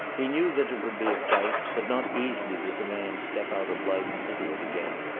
he knew that it would be a fight, that not easily does a man step out of life and into it again,